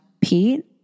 Pete